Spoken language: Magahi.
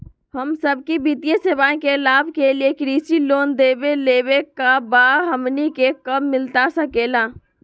हम सबके वित्तीय सेवाएं के लाभ के लिए कृषि लोन देवे लेवे का बा, हमनी के कब मिलता सके ला?